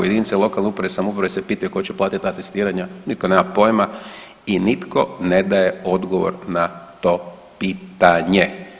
Jedinice lokalne uprave i samouprave se pitaju tko će platiti ta testiranja, nitko nema pojima i nitko ne daje odgovor na to pitanje.